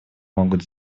могут